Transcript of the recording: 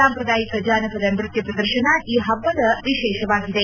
ಸಾಂಪ್ರದಾಯಿಕ ಜಾನಪದ ನೃತ್ಯ ಪ್ರದರ್ಶನ ಈ ಹಬ್ಬದ ವಿಶೇಷವಾಗಿದೆ